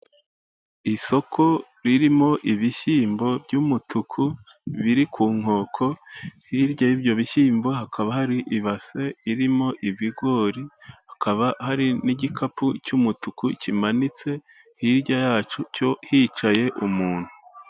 Isoko ririmo ibishyimbo by'umutuku biri ku nkoko, hirya y'ibyo bishyimbo hakaba hari ibase irimo ibigori, hakaba hari n'igikapu cy'umutuku kimanitse, hirya yacyo hicaye umuntu.